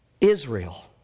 Israel